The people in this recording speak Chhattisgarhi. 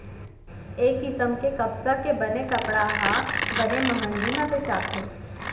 ए किसम के कपसा के बने कपड़ा ह बने मंहगी म बेचाथे